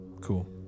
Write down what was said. Cool